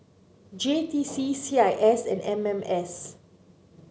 J T C C I S and M M S